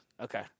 Okay